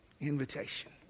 Invitation